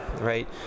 right